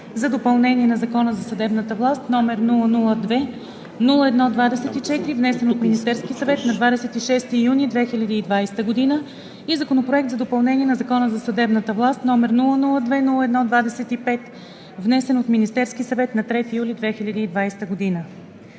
за допълнение на Закона за съдебната власт, № 002-01-24, внесен от Министерския съвет на 26 юни 2020 г., и Законопроект за допълнение на Закона за съдебната власт, № 002-01-25, внесен от Министерския съвет на 3 юли 2020 г.